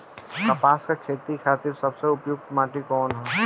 कपास क खेती के खातिर सबसे उपयुक्त माटी कवन ह?